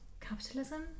capitalism